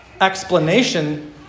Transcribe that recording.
explanation